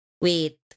wait